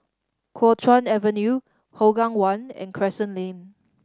Kuo Chuan Avenue Hougang One and Crescent Lane